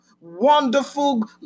wonderful